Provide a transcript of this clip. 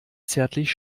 zärtlich